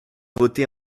voté